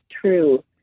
true